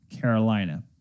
Carolina